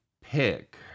pick